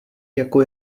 jako